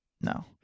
no